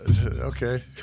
Okay